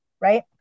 right